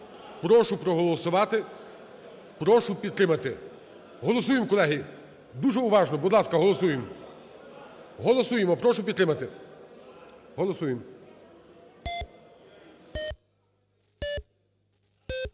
Прошу проголосувати, прошу підтримати. Голосуємо, колеги. Дуже уважно, будь ласка, голосуємо. Голосуємо, прошу підтримати. Голосуємо.